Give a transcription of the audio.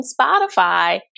Spotify